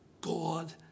God